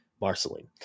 Marceline